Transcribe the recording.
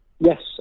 Yes